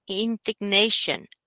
indignation